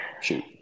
shoot